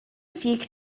seek